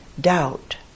doubt